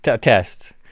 tests